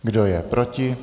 Kdo je proti?